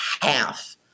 half